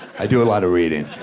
i do a lot of reading.